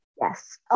Yes